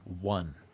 One